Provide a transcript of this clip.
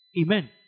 Amen